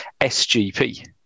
SGP